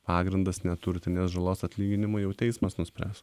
pagrindas neturtinės žalos atlyginimui jau teismas nuspręs